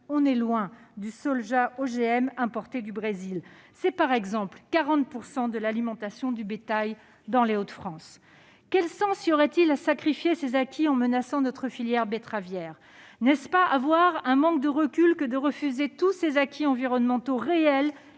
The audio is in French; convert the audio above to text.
on est loin du soja OGM importé du Brésil ! C'est, par exemple, 40 % de l'alimentation du bétail dans les Hauts-de-France. Quel sens y aurait-il à sacrifier ces acquis en menaçant notre filière betteravière ? Ne manquerait-on pas de recul en sacrifiant tous ces acquis environnementaux réels,